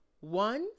One